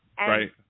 Right